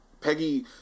Peggy